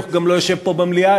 הוא גם לא יושב פה במליאה,